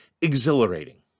exhilarating